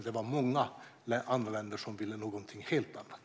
Det var många andra länder som ville någonting helt annat.